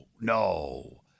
no